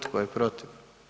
Tko je protiv?